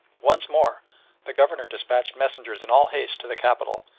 once more the governor despatched messengers in all haste to the capital,